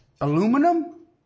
Aluminum